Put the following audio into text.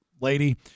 Lady